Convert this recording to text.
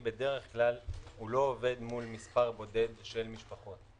בדרך כלל לא עובד מול מספר בודד של משפחות.